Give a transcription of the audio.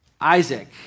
Isaac